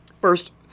First